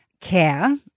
care